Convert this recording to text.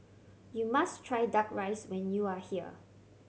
you must try Duck Rice when you are here